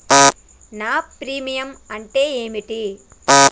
నా ప్రీమియం అంటే ఏమిటి?